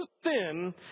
sin